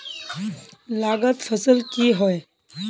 लागत फसल की होय?